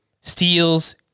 steals